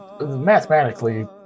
mathematically